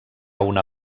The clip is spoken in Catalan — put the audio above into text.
una